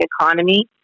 economy